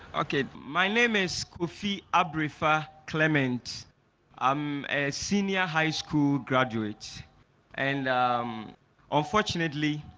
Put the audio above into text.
okay, my name is kofi a briefer clement um a senior high school graduate and um unfortunately,